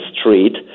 Street